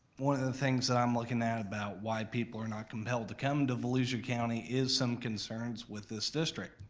one of the things that i'm looking at about why people are not compelled to come to volusia county is some concerns with this district.